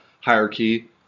hierarchy –